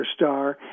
superstar